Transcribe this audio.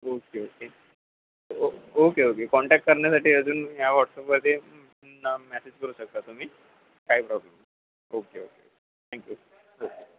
okay okay oh okay okay contact करण्यासाठी अजून या व्हॉट्सअपवरती मॅसेज करू शकता तुम्ही काय प्रॉब्लेम नाही ओके ओके थँक्यू ओके